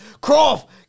Croft